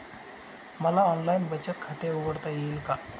मला ऑनलाइन बचत खाते उघडता येईल का?